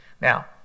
Now